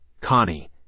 Connie